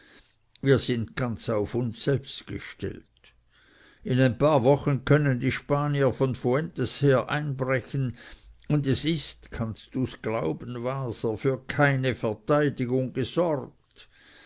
wir sind ganz auf uns selbst gestellt in ein paar wochen können die spanier von fuentes her einbrechen und es ist kannst du's glauben waser für keine verteidigung gesorgt